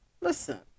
Listen